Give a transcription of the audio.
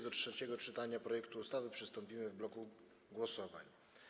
Do trzeciego czytania projektu ustawy przystąpimy w bloku głosowań.